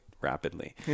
rapidly